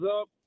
up